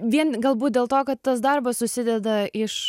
vien galbūt dėl to kad tas darbas susideda iš